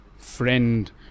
Friend